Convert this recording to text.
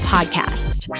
Podcast